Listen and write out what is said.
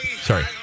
Sorry